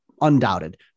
undoubted